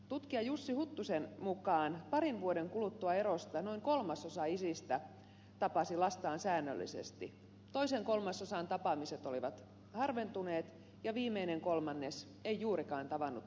tutkija jussi huttusen mukaan parin vuoden kuluttua erosta noin kolmasosa isistä tapasi lastaan säännöllisesti toisen kolmasosan tapaamiset olivat harventuneet ja viimeinen kolmannes ei juurikaan tavannut lapsiaan